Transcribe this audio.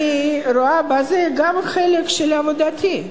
אני רואה בזה גם חלק של העבודה שלי,